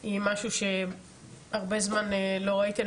זה משהו שהרבה זמן לא ראיתי.